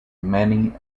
many